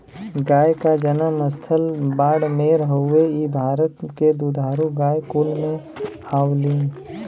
गाय क जनम स्थल बाड़मेर हउवे इ भारत के दुधारू गाय कुल में आवलीन